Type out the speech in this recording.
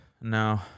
No